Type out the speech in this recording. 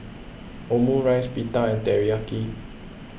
Omurice Pita and Teriyaki